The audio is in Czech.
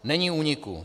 Není úniku!